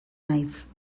naiz